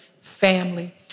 family